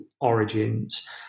origins